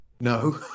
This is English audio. No